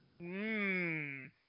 Mmm